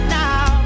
now